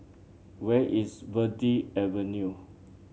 where is Verde Avenue